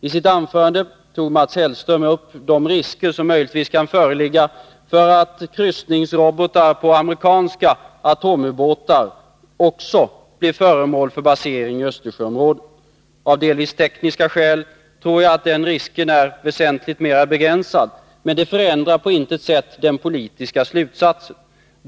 I sitt anförande tog Mats Hellström upp de risker som möjligtvis kan föreligga för att kryssningsrobotar på amerikanska atomubåtar också blir föremål för basering i Östersjöområdet. Jag tror att den risken — av delvis tekniska skäl — är väsentligt mera begränsad, men det förändrar på intet sätt den politiska slutsatsen.